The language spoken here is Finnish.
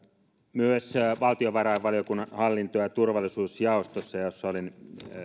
myös valtiovarainvaliokunnan hallinto ja turvallisuusjaostossa jossa olin